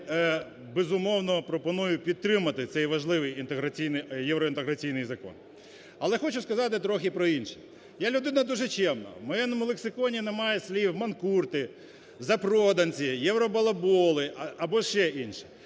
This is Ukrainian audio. безумовно пропоную підтримати цей важливий євроінтеграційний закон. Але хочу сказати трохи про інше. Я – людина дуже чемна, в моєму лексиконі немає слів манкурти, запроданці, євробалаболи або ще інші.